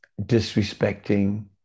disrespecting